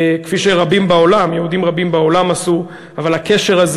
כפי שיהודים רבים בעולם עשו, אבל הקשר הזה